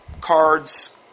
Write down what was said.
cards